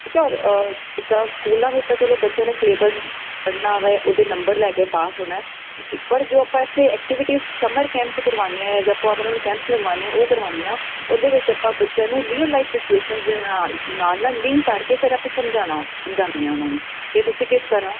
ਜਿੱਦਾਂ ਸਕੂਲਾਂ ਵਿੱਚ ਤਾਂ ਚਲੋ ਬੱਚਿਆਂ ਨੇ ਸਿਲੇਬਸ ਪੜਨਾ ਹੈ ਉਹਦੇ ਨੰਬਰ ਲੈ ਕੇ ਪਾਸ ਹੋਣਾ ਪਰ ਜੋ ਆਪਾਂ ਇਥੇ ਐਕਟੀਵਿਟੀ ਸਮਰ ਕੈਂਪ 'ਚ ਕਰਵਾਉਦੇ ਆ ਜਾਂ ਆਪਾਂ ਉਹਨਾਂ ਨੂੰ ਕੈਂਪਸ ਲਗਵਾਉਦੇ ਆ ਉਹ ਕਰਵਾਉਂਦੇ ਆ ਉਹਦੇ ਵਿੱਚ ਆਪਾਂ ਬੱਚਿਆਂ ਨੂੰ ਰੀਅਲ ਲਾਈਫ ਸਿਚੁਏਸ਼ਨ ਦੇ ਨਾਲ ਨਾਲ ਲਿੰਕ ਕਰਕੇ ਫਿਰ ਆਪਾਂ ਸਮਝਾਣਾ ਉਹਨਾਂ ਨੂੰ ਕਿ ਤੁਸੀਂ ਕਿਸ ਤਰ੍ਹਾਂ